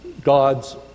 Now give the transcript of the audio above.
God's